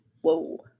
Whoa